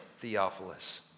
Theophilus